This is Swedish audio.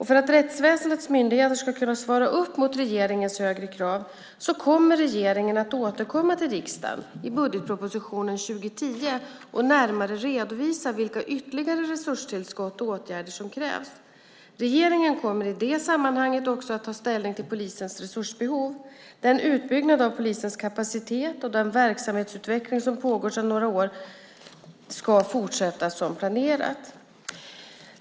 För att rättsväsendets myndigheter ska kunna svara upp mot regeringens högre krav kommer regeringen att återkomma till riksdagen i budgetpropositionen för 2010 och närmare redovisa vilka ytterligare resurstillskott och åtgärder som krävs. Regeringen kommer i det sammanhanget också ta ställning till polisens resursbehov. Den utbyggnad av polisens kapacitet och den verksamhetsutveckling som pågår sedan några år tillbaka ska fortsätta som planerat.